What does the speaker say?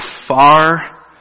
far